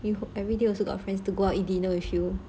you everyday also got friends to go out eat dinner with you